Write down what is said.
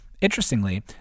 Interestingly